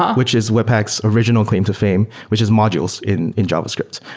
which is webpack's original claim to fame, which is modules in in javascript.